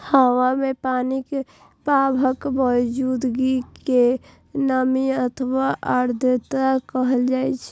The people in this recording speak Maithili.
हवा मे पानिक भापक मौजूदगी कें नमी अथवा आर्द्रता कहल जाइ छै